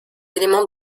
éléments